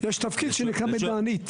יש תפקיד שנקרא מידענית.